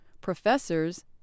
professors